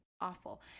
awful